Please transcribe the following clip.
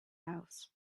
house